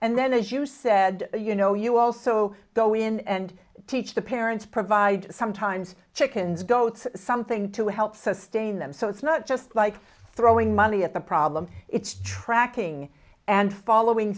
and then as you said you know you also go in and teach the parents provide sometimes chickens goats something to help sustain them so it's not just like throwing money at the problem it's tracking and following